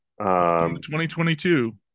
2022